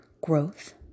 growth